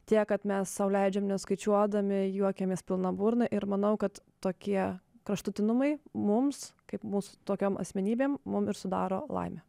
tiek kad mes sau leidžiam neskaičiuodami juokiamės pilną burną ir manau kad tokie kraštutinumai mums kaip mūsų tokiom asmenybėm mum ir sudaro laimę